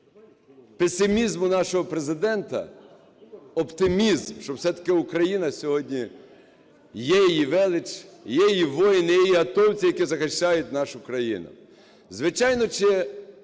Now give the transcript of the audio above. песимізму нашого Президента, оптимізм, щоб все-таки Україна сьогодні є її велич, є її воїни, є її атовці, які захищають нашу країну. Звичайно, чи